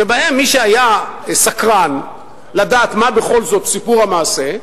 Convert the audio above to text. שבהן מי שהיה סקרן לדעת מה בכל זאת סיפור המעשה,